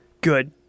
Good